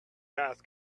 dust